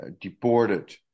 deported